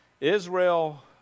Israel